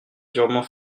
durement